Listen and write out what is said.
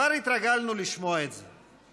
כבר התרגלנו לשמוע את זה.